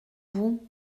vous